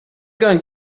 gone